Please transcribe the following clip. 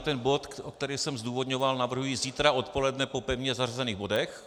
Ten bod, který jsem zdůvodňoval, navrhuji zítra odpoledne po pevně zařazených bodech.